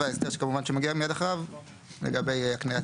וההסדר כמובן שמגיע מיד אחריו לגבי הקניית